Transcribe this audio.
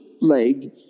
leg